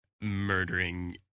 murdering